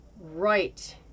Right